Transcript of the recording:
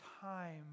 time